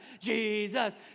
Jesus